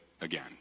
again